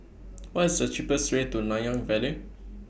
What IS The cheapest Way to Nanyang Valley